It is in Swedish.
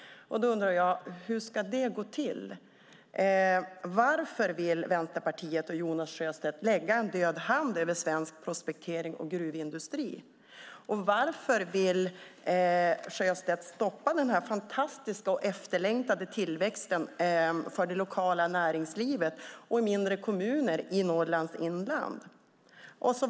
Därför undrar jag hur det ska gå till. Varför vill Vänsterpartiet och Jonas Sjöstedt lägga en död hand över svensk prospektering och gruvindustri? Varför vill Sjöstedt stoppa den här fantastiska och efterlängtade tillväxten för det lokala näringslivet i mindre kommuner i Norrlands inland?